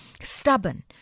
stubborn